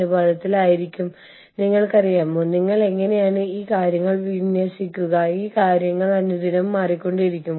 ആഗോള പ്രശ്നങ്ങളെ നേരിടാൻ നിങ്ങൾ എങ്ങനെയാണ് ജീവനക്കാരെ പ്രാപ്തരാക്കുന്നത്